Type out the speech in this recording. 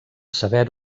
saber